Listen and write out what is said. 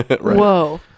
whoa